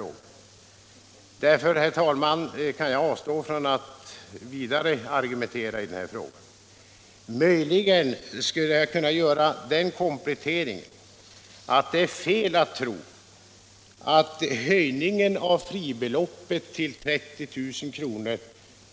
Jag kan därför, herr talman, avstå från vidare argumentation. Möjligen skulle jag kunna göra den kompletteringen, att det är fel att tro att höjningen av fribeloppet till 30 000 kr.